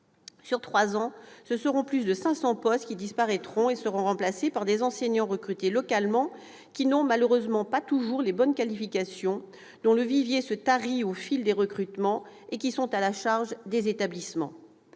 Sur trois ans, plus de 500 postes disparaîtront et seront remplacés par des enseignants recrutés localement, qui n'ont malheureusement pas toujours les bonnes qualifications, dont le vivier se tarit au fil des recrutements, et qui sont à la charge des établissements.